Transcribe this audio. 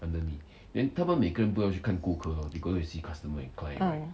ah